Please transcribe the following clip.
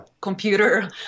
computer